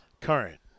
current